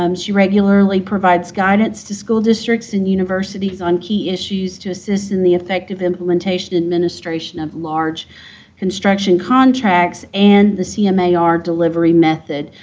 um she regularly provides guidance to school districts and universities on key issues to assist in the effective implementation administration of large construction contracts and the cmar delivery method.